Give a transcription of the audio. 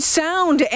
sound